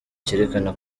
cyerekana